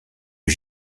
est